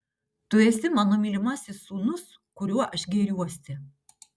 tu esi mano mylimasis sūnus kuriuo aš gėriuosi